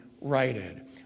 righted